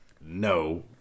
no